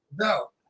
No